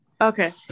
Okay